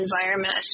environment